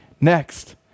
Next